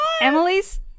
emily's